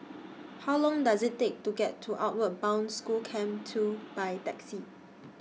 How Long Does IT Take to get to Outward Bound School Camp two By Taxi